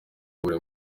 buri